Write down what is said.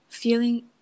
Feeling